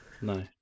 no